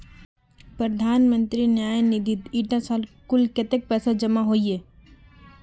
प्रधानमंत्री न्यास निधित इटा साल कुल कत्तेक पैसा जमा होइए?